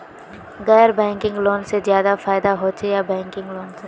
गैर banking loan से ज्यादा फायदा होचे या बैंकिंग लोन से?